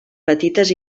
petites